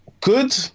good